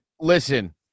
Listen